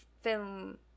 film